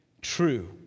true